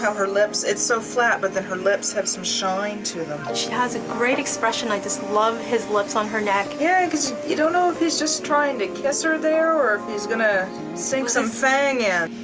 so her lips, it's so flat but then her lips have some shine to them. she has a great expression, i just love his lips on her neck. yeah cause you don't know if he's just trying to kiss her there, or if he's going to sink some fang in.